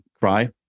cry